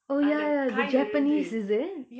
oh ya ya the japanese is it